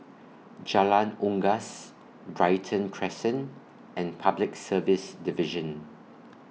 Jalan Unggas Brighton Crescent and Public Service Division